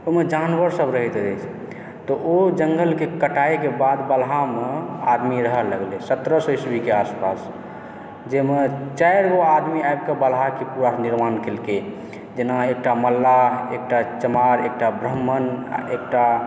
ओहिमे जानवर सब रहैत रहै तऽ ओ जङ्गलकेँ कटाइयके बाद बलहामे आदमी रहै लागलै सत्रह सए ईस्वीके आसपास जाहिमे चारि गो आदमी आबिकऽ बलहाके पूरा निर्माण कयलक जेना एकटा मल्लाह एकटा चमार एकटा ब्राह्मण आओर एकटा